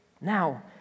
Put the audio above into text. Now